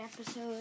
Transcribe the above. episode